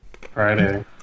Friday